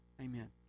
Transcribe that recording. Amen